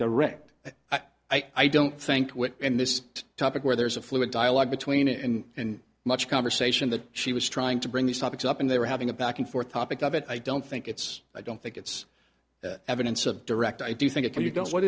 direct i don't think we're in this topic where there's a fluid dialogue between it and much conversation that she was trying to bring these topics up and they were having a back and forth topic of it i don't think it's i don't think it's evidence of direct i do think if you don't what